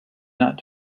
not